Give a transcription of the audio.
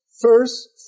first